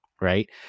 right